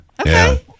Okay